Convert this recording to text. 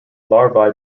larvae